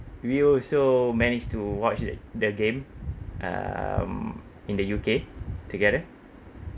we also managed to watch that the game um in the U_K together